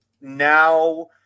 now